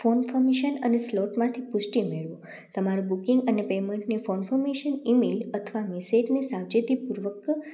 phone commission અને સ્લોટમાથી પુષ્ટિ મેળવો તમારા બુકિંગ અને પેમેન્ટને ફોન કોન્ફર્મેશન ઇમેલ અથવા મેસેજને સાવચેતીપૂર્વક